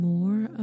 More